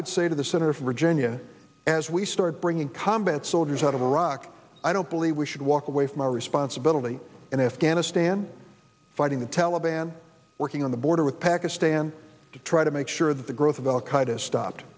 would say to the senator from virginia as we start bringing combat soldiers out of iraq i don't believe we should walk away from our responsibility in afghanistan fighting the taliban working on the border with pakistan to try to make sure that the growth of al qaeda stopped